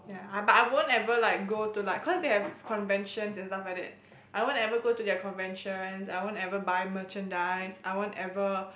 ya but I won't ever like go to like cause they have like conventions and stuffs like that I won't ever go to their conventions I won't ever buy merchandise I won't ever